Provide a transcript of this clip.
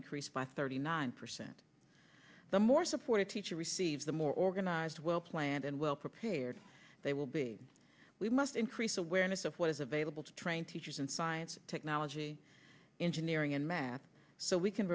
increase by thirty nine percent the more support a teacher receives the more organized well planned and well prepared they will be we must increase awareness of what is available to train teachers in science technology engineering and math so we can